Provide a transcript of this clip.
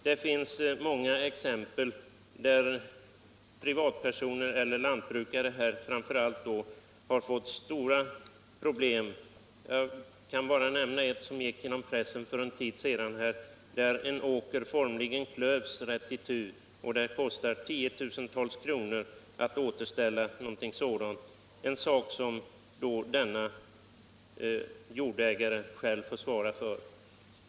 Det finns många exempel på att privatpersoner, framför allt då lantbrukare, fått stora problem. Jag kan nämna ett som gick genom pressen för en tid sedan. En åker formligen klövs mitt itu, och det kostar tiotusentals kronor att återställa den, något som jordägaren i fråga själv får svara för.